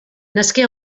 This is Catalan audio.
nasqué